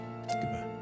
Goodbye